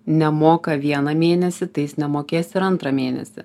nemoka vieną mėnesį tai jis nemokės ir antrą mėnesį